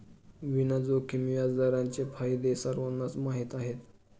विना जोखीम व्याजदरांचे फायदे सर्वांनाच माहीत आहेत